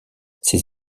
ces